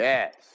Yes